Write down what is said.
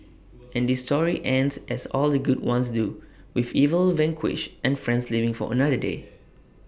and this story ends as all the good ones do with evil vanquished and friends living for another day